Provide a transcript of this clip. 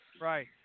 Right